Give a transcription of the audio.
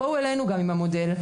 בואו גם אלינו עם המודל.